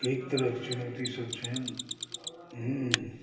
कैक तरहके चुनौतीसभ छनि